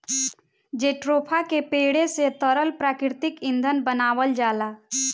jatropha के पेड़े से तरल प्राकृतिक ईंधन बनावल जाला